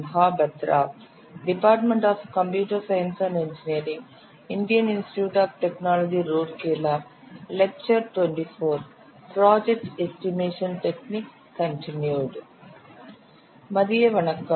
மதிய வணக்கம்